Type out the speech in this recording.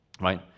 right